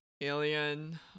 alien